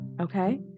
Okay